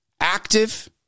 active